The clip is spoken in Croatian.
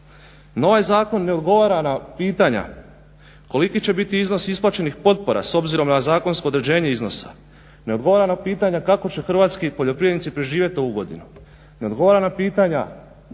ovaj zakon ne odgovara na pitanja koliki će biti iznos isplaćenih potpora s obzirom na zakonsko određenje iznosa, ne odgovara na pitanja kako će hrvatski poljoprivrednici preživjeti ovu godinu, ne odgovara na pitanja